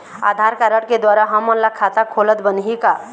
आधार card के द्वारा हमन ला खाता खोलत बनही का?